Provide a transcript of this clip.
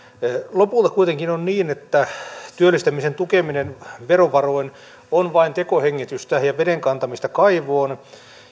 lopulta kuitenkin on niin että työllistämisen tukeminen verovaroin on vain tekohengitystä ja veden kantamista kaivoon